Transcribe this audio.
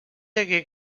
hagué